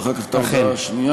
ואחר כך את ההודעה השנייה.